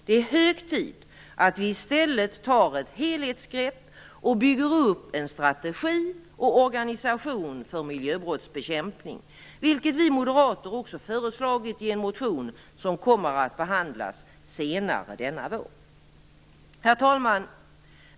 Det är hög tid att vi i stället tar ett helhetsgrepp och bygger upp en strategi och organisation för miljöbrottsbekämpning, vilket vi moderater också har föreslagit i en motion som kommer att behandlas senare under våren. Herr talman!